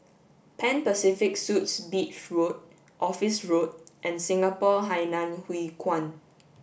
Pan Pacific Suites Beach Road Office Road and Singapore Hainan Hwee Kuan